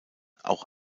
auch